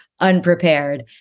unprepared